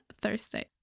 thursday